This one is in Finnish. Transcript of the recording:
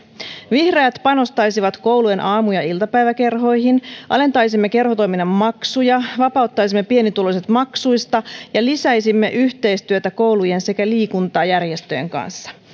vihreät panostaisivat koulujen aamu ja iltapäiväkerhoihin alentaisimme kerhotoiminnan maksuja vapauttaisimme pienituloiset maksuista ja lisäisimme yhteistyötä koulujen sekä liikuntajärjestöjen kanssa